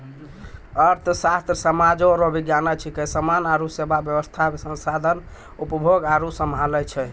अर्थशास्त्र सामाज रो विज्ञान छिकै समान आरु सेवा वेवस्था संसाधन उपभोग आरु सम्हालै छै